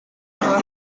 nueva